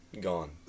gone